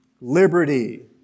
Liberty